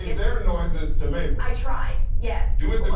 yeah their noises to mabel? i tried, yes. do it to me.